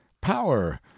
power